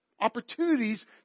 Opportunities